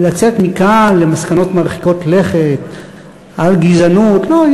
לצאת מכאן למסקנות מרחיקות לכת על גזענות, לא.